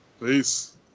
Peace